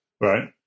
right